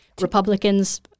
Republicans